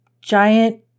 giant